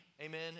amen